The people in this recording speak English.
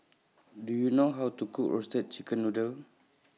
Do YOU know How to Cook Roasted Chicken Noodle